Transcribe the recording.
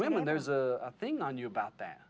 women there's a thing on you about that